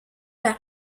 par